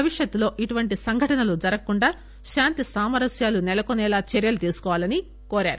భవిష్కత్ లో ఇలాంటి సంఘటనలు జరుగకుండా శాంతి సామరస్యాలు నెలకొనేలా చర్యలు తీసుకోవాలని కోరారు